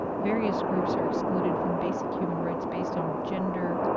various groups are excluded from basic human rights based on gender,